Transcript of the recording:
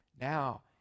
Now